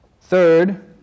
Third